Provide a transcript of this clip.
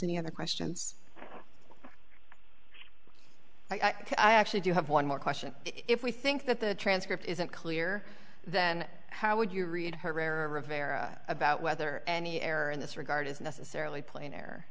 any other questions i actually do have one more question if we think that the transcript isn't clear then how would you read herrera rivera about whether any error in this regard is necessarily play there